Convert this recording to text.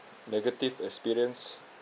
negative experience